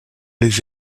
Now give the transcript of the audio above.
lès